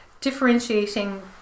differentiating